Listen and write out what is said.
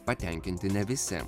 patenkinti ne visi